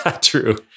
True